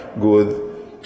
good